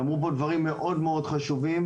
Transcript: שאמרו פה דברים מאוד מאוד חשובים,